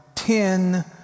Ten